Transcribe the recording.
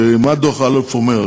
מה דוח אלאלוף אומר?